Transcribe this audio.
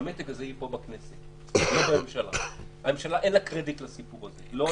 שהמתג הזה ייפול בכנסת, לא בממשלה.